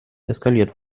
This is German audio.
eskaliert